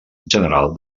general